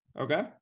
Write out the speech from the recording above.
Okay